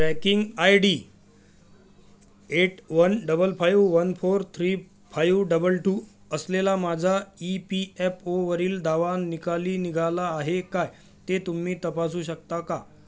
tracking ID eight one double five one four three five double two असलेला माझा E P F ओवरील दावा निकाली निघाला आहे काय ते तुम्ही तपासू शकता का